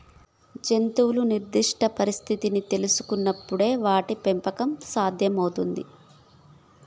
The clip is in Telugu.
జంతువు నిర్దిష్ట పరిస్థితిని తెల్సుకునపుడే వాటి పెంపకం సాధ్యం అవుతుంది